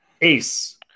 Ace